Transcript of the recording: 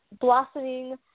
blossoming